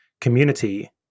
community